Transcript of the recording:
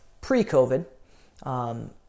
pre-COVID